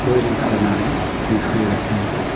बयरिं खालामनानै जों सोलिगासिनो दं